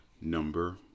number